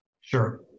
sure